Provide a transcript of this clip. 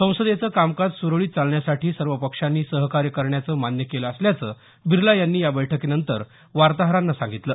संसदेचं कामकाज सुरळीत चालण्यासाठी सर्व पक्षांनी सहकार्य करण्याचं मान्य केलं असल्याचं बिर्ला यांनी या बैठकीनंतर वार्ताहरांना सांगितलं